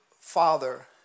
Father